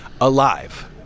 alive